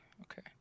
okay